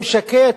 אם שקט,